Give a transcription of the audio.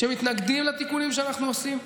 שמתנגדים לתיקונים שאנחנו עושים,